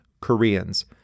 Koreans